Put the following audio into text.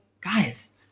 guys